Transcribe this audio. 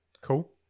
cool